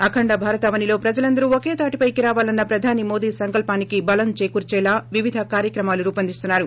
అఖండ భారతావనిలో ప్రజలందరూ ఒకే తాటిపైకి రావాలన్న ప్రధాని మోదీ సంకల్పానికి బలం చేకూర్చేలా వివిధ కార్యక్రమాలు రూపొందిస్తున్నారు